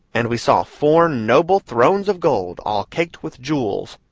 and we saw four noble thrones of gold, all caked with jewels,